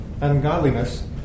ungodliness